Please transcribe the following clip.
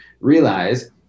realize